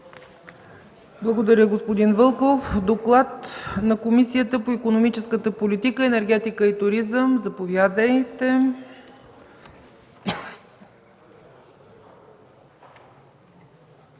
Благодаря, господин Вълков. Доклад на Комисията по икономическата политика, енергетика и туризъм. Заповядайте,